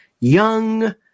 young